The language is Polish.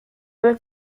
ale